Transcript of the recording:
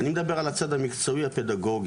אני מדבר על הצד המקצועי הפדגוגי.